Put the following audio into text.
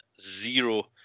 zero